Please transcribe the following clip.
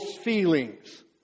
feelings